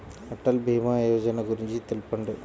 అటల్ భీమా యోజన గురించి తెలుపండి?